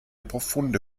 profunde